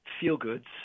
feel-goods